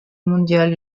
mondial